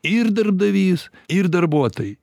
ir darbdavys ir darbuotojai